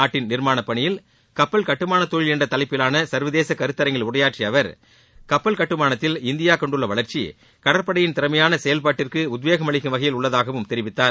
நாட்டின் நிர்மாளப்பனியில் கப்பல் கட்டுமாள தொழில் என்ற தலைப்பிலாள சர்வதேச கருத்தரங்கில் உரையாற்றிய அவர் கப்பல் கட்டுமானத்தில் இந்தியா கண்டுள்ள வளர்ச்சி கடற்படையின் திறமையான செயல்பாட்டிற்கு உத்வேகம் அளிக்கும் வகையில் உள்ளதாகவும் தெரிவித்தார்